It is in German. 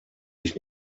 ich